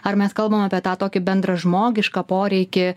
ar mes kalbam apie tą tokį bendražmogišką poreikį